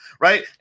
right